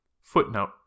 Footnote